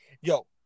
yo